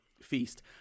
Feast